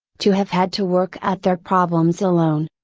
to have had to work out their problems alone.